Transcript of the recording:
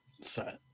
set